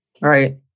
Right